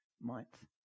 month